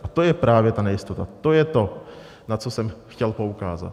A to je právě ta nejistota, to je to, na co jsem chtěl poukázat.